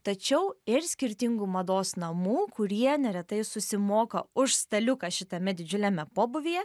tačiau ir skirtingų mados namų kurie neretai susimoka už staliuką šitame didžiuliame pobūvyje